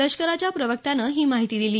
लष्कराच्या प्रवक्त्यानं ही माहिती दिली